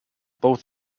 both